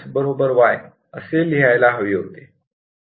max y असे लिहायला हवे होते